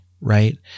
Right